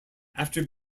after